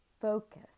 focus